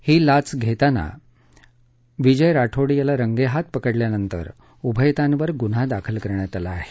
ही लाच घेताना आज विजय राठोड याला रंगेहाथ पकडल्यानंतर उभयतांवर गुन्हा दाखल करण्यात आला आहे